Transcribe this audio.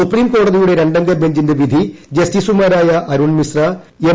supreme കോടതിയുടെ രണ്ടംഗ ബെഞ്ചിന്റെ വിധി ജസ്റ്റിസുമാരായ അരുൺമിശ്ര എം